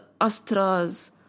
astras